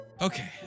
Okay